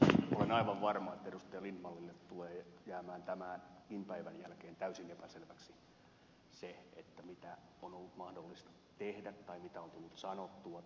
olen aivan varma että edustaja lindtmanille tulee jäämään tämänkin päivän jälkeen täysin epäselväksi se mitä on ollut mahdollista tehdä tai mitä on tullut sanottua tai mitä on tullut tehtyä